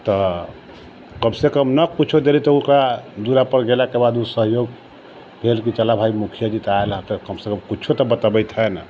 तऽ कमसँ कम नहि किछो देली तऽ ओकरा दूरापर गेलाके बाद उ सहयोग चलू भाय मुखिया जी तऽ आयलहँ कम सँ कम कुछो तऽ बतबति है ने